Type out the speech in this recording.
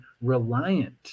reliant